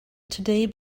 today